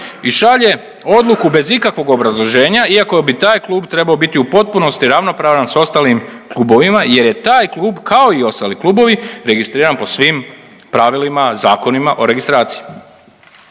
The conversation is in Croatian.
i šalje odluku bez ikakvog obrazloženja iako bi taj klub trebao biti u potpunosti ravnopravan sa ostalim klubovima jer je taj klub kao i ostali klubovi registriran po svim pravilima, zakonima o registraciji.